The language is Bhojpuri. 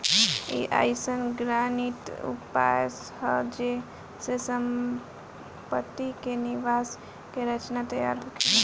ई अइसन गणितीय उपाय हा जे से सम्पति के निवेश के रचना तैयार होखेला